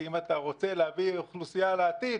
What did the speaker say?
כי אם אתה רוצה להביא אוכלוסייה בעתיד,